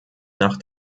nach